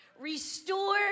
Restore